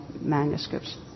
manuscripts